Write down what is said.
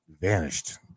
vanished